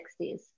60s